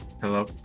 hello